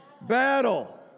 battle